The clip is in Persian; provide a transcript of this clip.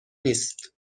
نیست